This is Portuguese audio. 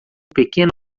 pequeno